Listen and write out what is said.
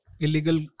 illegal